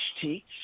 teach